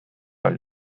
oli